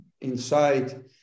inside